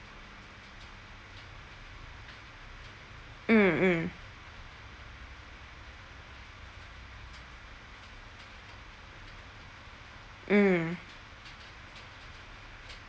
mm mm mm